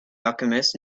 alchemist